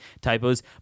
typos